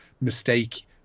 mistake